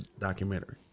documentary